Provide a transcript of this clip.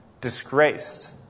disgraced